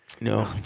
No